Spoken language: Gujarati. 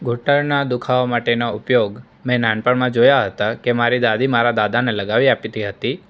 ઘૂંટણના દુખાવા માટેના ઉપયોગ મેં નાનપણમાં જોયા હતા કે મારી દાદી મારા દાદાને લગાવી આપતી હતી